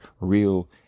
real